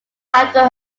after